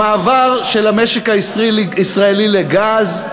המעבר של המשק הישראלי לגז,